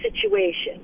situation